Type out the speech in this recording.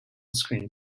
screen